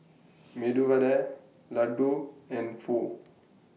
Medu Vada Ladoo and Pho